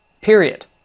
Period